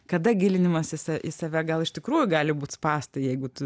kada gilinimasis į save gal iš tikrųjų gali būt spąstai jeigu tu